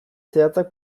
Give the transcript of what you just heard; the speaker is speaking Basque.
zehatzak